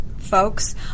folks